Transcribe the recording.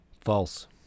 False